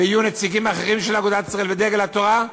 ויהיו נציגים אחרים של אגודת ישראל ודגל התורה,